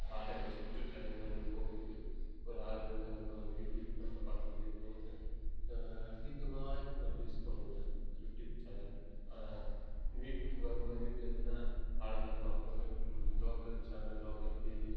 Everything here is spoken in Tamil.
பாட்டை வச்சு விட்டு ட்ரைவிங் பண்ணி போகும்போது ஒரு ஆறுதலாக இருக்கும் அது யூடியூப் சேனலில் பார்த்துக்கொண்டே போவேன் நான் அதிகமாக நான் யூஸ் பண்ணுவேன் யூடியூப் சேனல் வீட்டுக்கு வரும் போது வீட்டில் இல்லைன்னா படங்களை பார்ப்பேன் லோக்கல் சேனல் லோக்கல் டிவி